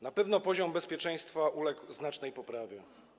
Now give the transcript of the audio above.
Na pewno poziom bezpieczeństwa uległ znacznej poprawie.